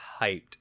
hyped